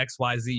XYZ